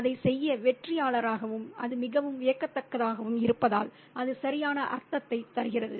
அதைச் செய்ய வெற்றியாளராகவும் அது மிகவும் வியக்கத்தக்கதாகவும் இருப்பதால் அது சரியான அர்த்தத்தைத் தருகிறது